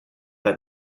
that